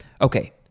Okay